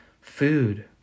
food